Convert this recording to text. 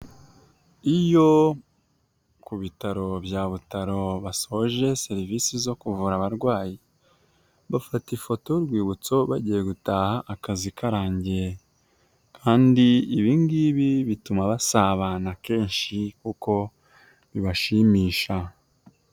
Iyo ku bitaro bya Butaro basoje serivisi zo kuvura abarwayi, bafata ifoto y'urwibutso bagiye gutaha akazi karangiye kandi ibi ngibi bituma basabana kenshi kuko bibashimisha.